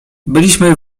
byliśmy